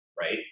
right